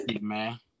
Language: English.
Man